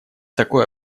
такое